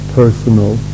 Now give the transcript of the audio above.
personal